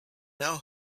now